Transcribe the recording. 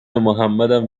محمدم